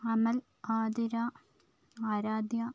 Amal Athira Aaradhya